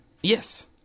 Yes